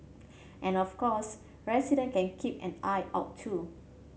and of course resident can keep an eye out too